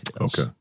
Okay